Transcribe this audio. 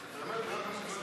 קבוצת סיעת המחנה